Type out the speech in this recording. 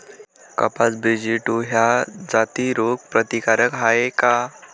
कपास BG two ह्या जाती रोग प्रतिकारक हाये का?